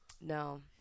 No